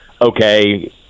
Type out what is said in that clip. okay